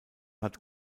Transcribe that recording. hat